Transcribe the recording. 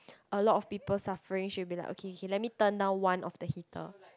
a lot of people suffering she will be like okay okay let me turn down one of the heater